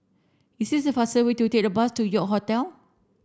is it faster to take the bus to York Hotel